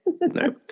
no